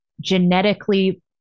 genetically